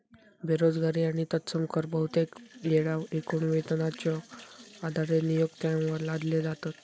बेरोजगारी आणि तत्सम कर बहुतेक येळा एकूण वेतनाच्यो आधारे नियोक्त्यांवर लादले जातत